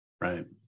Right